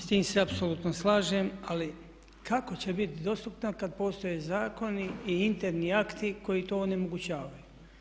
S tim se apsolutno slažem ali kako će biti dostupna kad postoje zakoni i interni akti koji to onemogućavaju.